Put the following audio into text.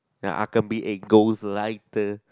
uh I can be a ghost lighter